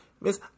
Miss